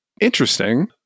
interesting